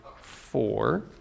four